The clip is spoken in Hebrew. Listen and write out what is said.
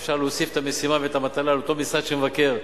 אפשר להוסיף את המשימה ואת המטלה לאותו משרד מבקר,